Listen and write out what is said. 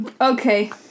Okay